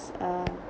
s~ uh